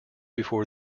before